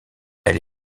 elle